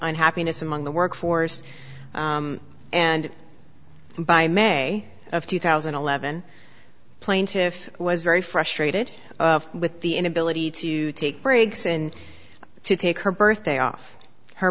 unhappiness among the workforce and by may of two thousand and eleven plaintiff was very frustrated with the inability to take breaks and to take her birthday off her